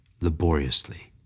laboriously